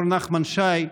פרופ' נחמן שי,